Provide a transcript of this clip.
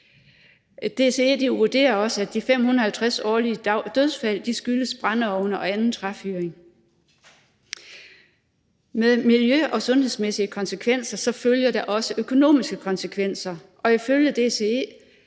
DCE vurderer også, at de 550 årlige dødsfald skyldes brændeovne og anden træfyring. Med miljø- og sundhedsmæssige konsekvenser følger der også økonomiske konsekvenser, og ifølge DCE